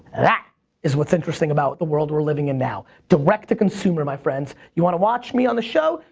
that is what's interesting about the world we're living in now. direct the consumer, my friends. you wanna watch me on the show?